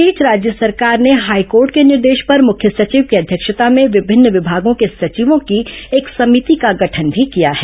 इस बीच राज्य सरकार ने हाईकोर्ट के निर्देश पर मुख्य सचिव की अध्यक्षता में विभिन्न विभागों के सचिवों की एक समिति का गठन भी किया है